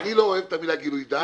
אני לא אוהב את המילה גילוי דעת.